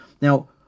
Now